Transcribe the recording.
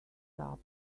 there